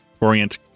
orient